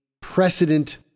precedent